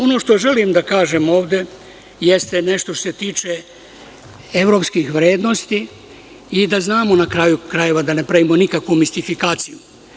Ono što želim da kažem ovde jeste nešto što se tiče evropskih vrednosti i da znamo, da ne pravimo nikakvu mistifikaciju.